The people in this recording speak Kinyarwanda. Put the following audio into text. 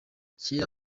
kera